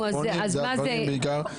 רק מחשבים, טלפונים בעיקר זה?